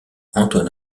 antoine